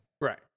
Right